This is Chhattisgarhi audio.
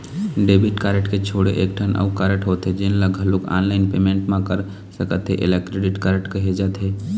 डेबिट कारड के छोड़े एकठन अउ कारड होथे जेन ल घलोक ऑनलाईन पेमेंट म कर सकथे एला क्रेडिट कारड कहे जाथे